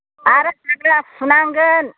आरो हाग्रा फुनांगोन